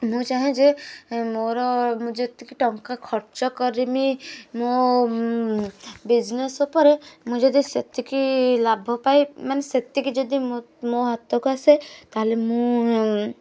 ମୁଁ ଚାହେଁ ଯେ ମୋର ଯେତିକି ଟଙ୍କା ଖର୍ଚ୍ଚ କରିମି ମୋ ବିଜେନସ୍ ଉପରେ ମୁଁ ଯଦି ସେତିକି ଲାଭପାଏ ମାନେ ସେତିକି ଯଦି ମୋ ହାତକୁ ଆସେ ତା'ହେଲେ ମୁଁ